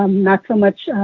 um not so much